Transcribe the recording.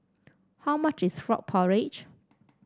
how much is Frog Porridge